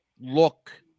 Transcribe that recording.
look